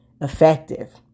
effective